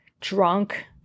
drunk